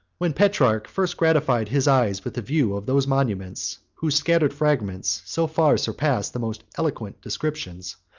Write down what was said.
when petrarch first gratified his eyes with a view of those monuments, whose scattered fragments so far surpass the most eloquent descriptions,